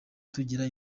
tugira